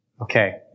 Okay